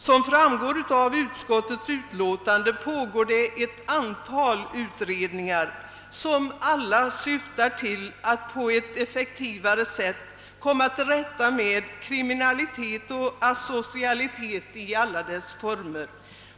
Som framgår av utskottets utlåtande pågår det ett antal utredningar som alla syftar till att på ett effektivare sätt komma till rätta med kriminaliteten och asocialiteten i alla dess former.